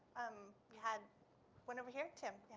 um had one over here, tim?